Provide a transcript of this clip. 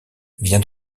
vient